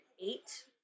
eight